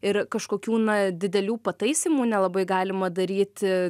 ir kažkokių na didelių pataisymų nelabai galima daryti